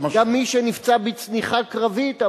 גם מי שנפצע בצניחה קרבית.